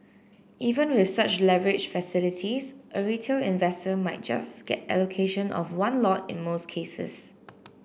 even with such leverage facilities a retail investor might just get allocation of one lot in most cases